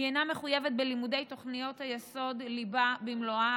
היא אינה מחויבת בלימוד תוכנית היסוד ליבה במלואה.